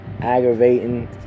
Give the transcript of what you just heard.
aggravating